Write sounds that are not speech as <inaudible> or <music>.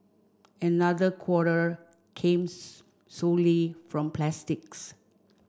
another quarter came <unintelligible> solely from plastics